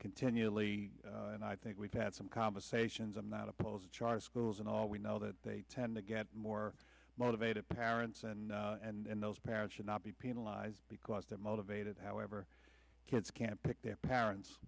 continually and i think we've had some conversations i'm not opposed to charter schools and all we know that they tend to get more motivated parents and and those parents should not be penalized because they're motivated however kids can pick their parents